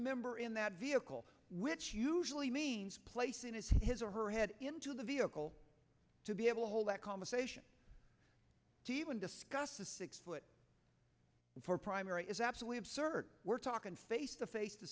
member in that vehicle which usually means placing his his or her head into the vehicle to be able to hold that conversation to you and discuss the six foot four primary is absolutely absurd we're talking face to face the